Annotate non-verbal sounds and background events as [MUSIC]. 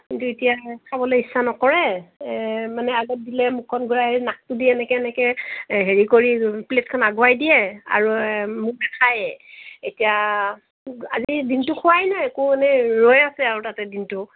কিন্তু এতিয়া খাবলৈ ইচ্ছা নকৰে এ মানে আগত দিলে মুখখন ঘুৰাই নাকটো দি এনেকৈ এনেকৈ হেৰি কৰি প্লে'টখন আগুৱাই দিয়ে আৰু [UNINTELLIGIBLE] নাখায়ে এতিয়া আজি দিনটো খুৱাই নাই একো এনেই ৰৈ আছে আৰু তাতেই দিনটো